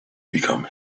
become